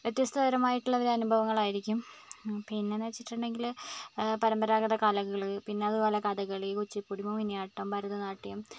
വ്യത്യസ്ത തരമായിട്ടുള്ള ഒരു അനുഭവങ്ങളായിക്കും പിന്നെന്നു വെച്ചിട്ടുണ്ടെങ്കിൽ പരമ്പരാഗത കലകൾ പിന്നതുപോലെ കഥകളി കുച്ചിപ്പുടി മോഹിനിയാട്ടം ഭരതനാട്യം